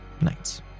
nights